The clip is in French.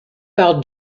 par